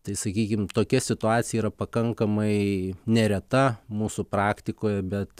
tai sakykim tokia situacija yra pakankamai nereta mūsų praktikoje bet